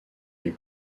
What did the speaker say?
les